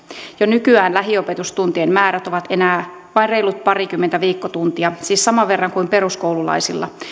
jo nykyään lähiopetustuntien määrät ovat enää vain reilut parikymmentä viikkotuntia siis saman verran kuin peruskoululaisilla